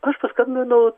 aš paskambinau